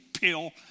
pill